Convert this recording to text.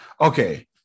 Okay